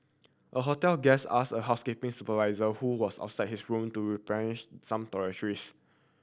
a hotel guest asked a housekeeping supervisor who was outside his room to replenish some toiletries